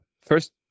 first